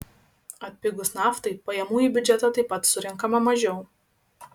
atpigus naftai pajamų į biudžetą taip pat surenkama mažiau